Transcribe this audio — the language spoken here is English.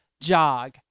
jog